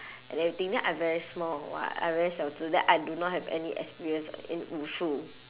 and everything then I very small [what] I very 小子 then I do not have any experience in 武术